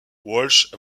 walsh